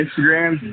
Instagram